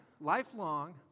lifelong